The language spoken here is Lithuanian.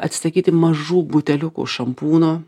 atsisakyti mažų buteliukų šampūno